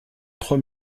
trois